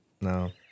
No